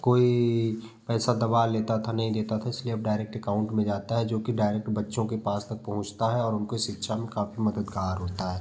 कोई पैसा दबा लेता था नही देता था इसलिए अब डायरेक्ट एकाउंट में जाता है जो कि डायरेक्ट बच्चों के पास तक पहुँचता है और उनको शिक्षा में काफी मददगार होता है